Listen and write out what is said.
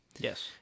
Yes